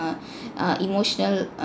err emotional